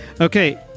Okay